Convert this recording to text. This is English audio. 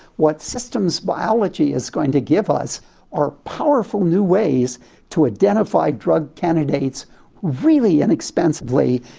what systems biology is going to give us are powerful new ways to identify drug candidates really inexpensively,